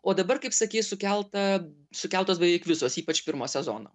o dabar kaip sakei sukelta sukeltos beveik visos ypač pirmos sezono